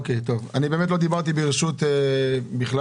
באמת לא דיברתי ברשות בכלל.